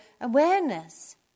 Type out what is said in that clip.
awareness